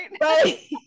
right